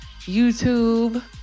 YouTube